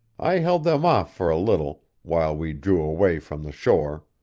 i held them off for a little, while we drew away from the shore.